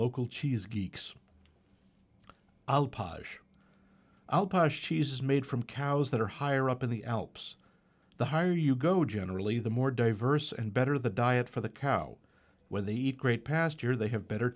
local cheese geeks posh posh he's made from cows that are higher up in the alps the higher you go generally the more diverse and better the diet for the cow when they eat great past year they have better